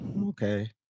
Okay